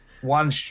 one